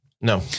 No